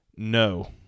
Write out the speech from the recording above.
No